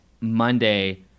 Monday